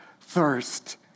thirst